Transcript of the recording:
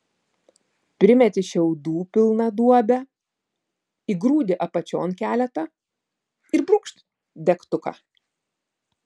primeti šiaudų pilną duobę įgrūdi apačion keletą ir brūkšt degtuką